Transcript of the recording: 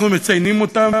אנחנו מציינים אותם,